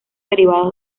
derivados